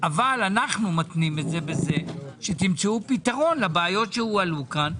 אבל אנחנו מתנים את זה בזה שתמצאו פתרון לבעיות שהועלו פה.